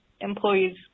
employees